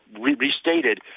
restated